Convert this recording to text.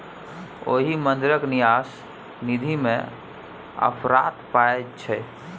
ओहि मंदिरक न्यास निधिमे अफरात पाय छै